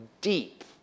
deep